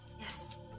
Yes